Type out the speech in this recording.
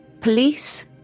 police